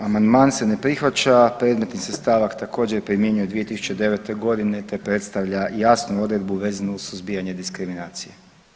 Amandman se ne prihvaća, predmetni se stavak također primjenjuje od 2009.g. te predstavlja jasnu odredbu vezanu uz suzbijanje diskriminacije.